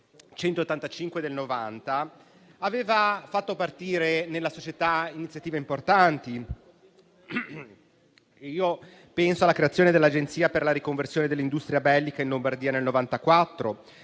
approvata, ha fatto partire nella società iniziative importanti. Penso alla creazione dell'Agenzia per la riconversione dell'industria bellica in Lombardia nel